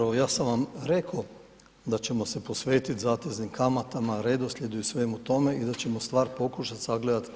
Zapravo ja sam vam rekao da ćemo se posvetiti zateznim kamatama, redoslijedu i svemu tome i da ćemo stvar pokušati sagledati